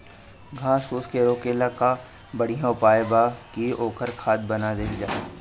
घास फूस के रोकले कअ बढ़िया उपाय बा कि ओकर खाद बना देहल जाओ